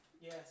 Yes